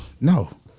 No